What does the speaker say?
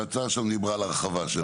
וההצעה שם דיברה על הרחבה של העניין.